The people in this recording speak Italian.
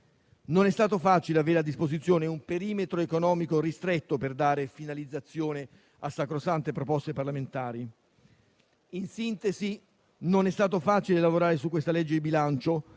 Non è stato facile avere a disposizione un perimetro economico ristretto per dare finalizzazione a sacrosante proposte parlamentari. In sintesi, non è stato facile lavorare su questo disegno di legge